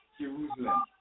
Jerusalem